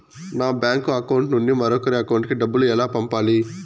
నా bank account నుండి మరొకరి అకౌంట్ కు డబ్బులు ఎలా పంపాలి